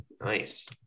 Nice